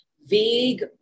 vague